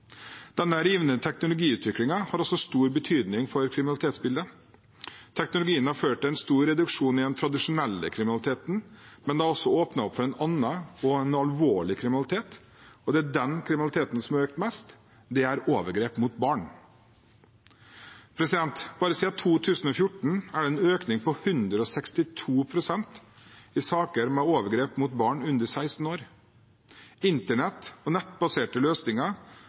Denne rivende teknologiutviklingen har også stor betydning for kriminalitetsbildet. Teknologien har ført til en stor reduksjon i den tradisjonelle kriminaliteten, men det har også åpnet opp for en annen og alvorlig kriminalitet, og det er den kriminaliteten som har økt mest, nemlig overgrep mot barn. Bare siden 2014 er det en økning på 162 pst. i saker med overgrep mot barn under 16 år. Internett og nettbaserte løsninger